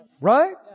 right